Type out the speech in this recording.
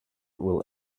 will